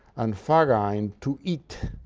and phagein, to eat,